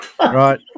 right